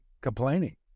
complaining